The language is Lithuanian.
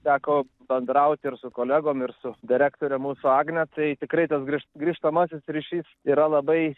teko bendrauti ir su kolegom ir su direktore mūsų agne tai tikrai tas grįž grįžtamasis ryšys yra labai